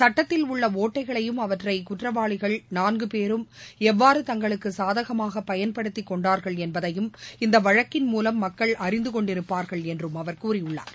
சட்டத்தில் உள்ள ஒட்டைகளையும் அவற்றை குற்றவாளிகள் நான்கு பேரும் எவ்வாறு தங்களுக்கு சாதகமாக பயன்படுத்திக் கொண்டார்கள் என்பதையும் இந்த வழக்கின் மூலம் மக்கள் அறிந்து கொண்டிருப்பார்கள் என்றும் அவர் கூறியுள்ளார்